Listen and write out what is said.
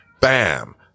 bam